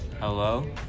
hello